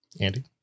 Andy